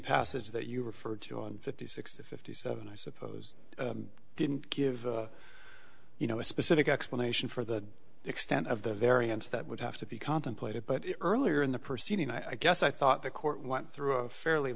passage that you refer to on fifty six to fifty seven i suppose didn't give you know a specific explanation for the extent of the variance that would have to be contemplated but earlier in the proceeding i guess i thought the court went through a fairly